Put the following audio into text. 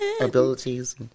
abilities